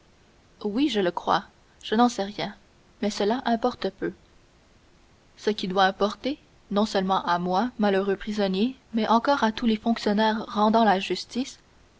oui je le crois je n'en sais rien mais cela importe peu ce qui doit importer non seulement à moi malheureux prisonnier mais encore à tous les fonctionnaires rendant la justice